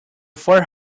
four